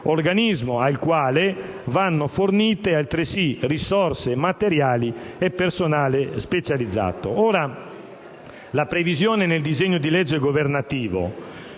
organismo al quale vanno fornite altresì risorse materiali e personale specializzato. Ora, la previsione nell'emendamento